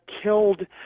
killed